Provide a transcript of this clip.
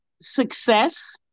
success